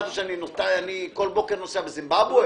אני כל בוקר נוסע בזימבבואה?